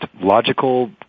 logical